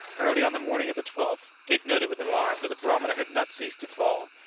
early on the morning of the twelfth, dick noted with alarm that the barometer had not ceased to fall,